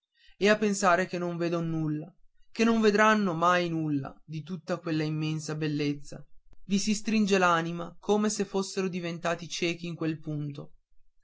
e a pensare che non vedon nulla che non vedranno mai nulla di tutta quella immensa bellezza vi si stringe l'anima come se fossero diventati ciechi in quel punto